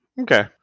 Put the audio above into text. Okay